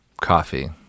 coffee